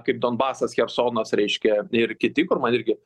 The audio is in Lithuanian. kaip donbasas chersonas reiškia ir kiti kur man irgi